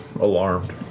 alarmed